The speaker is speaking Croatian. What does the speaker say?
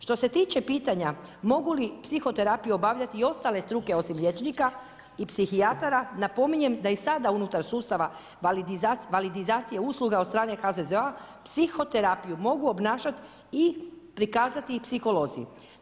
Što se tiče pitanja mogu li psihoterapiju obavljati i ostale struke osim liječnika i psihijatara, napominjem da i sada unutar sustava validizacije usluga od strane HZZO-a psihoterapiju mogu obnašati i prikazati i psiholozi.